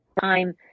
time